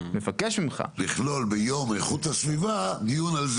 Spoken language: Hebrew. מבקש ממך --- לכלול ביום איכות הסביבה דיון על זה.